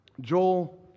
Joel